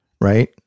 right